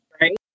Right